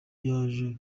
yaje